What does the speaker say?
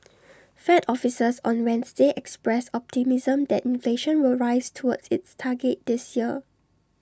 fed officials on Wednesday expressed optimism that inflation will rise toward its target this year